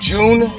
June